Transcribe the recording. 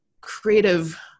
creative